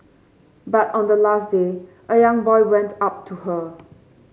but on the last day a young boy went up to her